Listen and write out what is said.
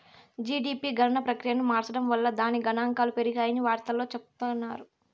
GDP గణన ప్రక్రియను మార్సడం వల్ల దాని గనాంకాలు పెరిగాయని వార్తల్లో చెప్పిన్నారు